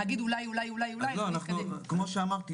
להגיד 'אולי' 'אולי' 'אולי' זה לא --- כמו שאמרתי,